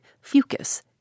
fucus